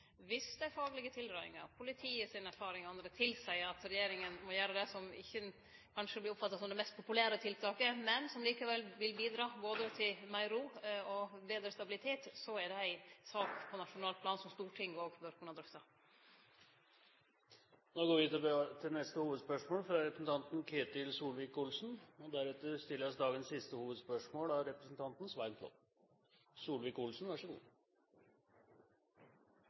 Dersom dei faglege tilrådingane, politiet sine erfaringar og anna tilseier at regjeringa må gjere det som kanskje ikkje vert oppfatta som det mest populære tiltaket, men som likevel vil bidra til både meir ro og betre stabilitet, er det ei sak på nasjonalt plan som Stortinget òg bør kunne drøfte. Vi går til neste hovedspørsmål. Jeg har et spørsmål til finansministeren. Nylig møtte finanskomiteen representanter fra Verdensbanken. I dagens